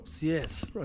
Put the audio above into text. Yes